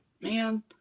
man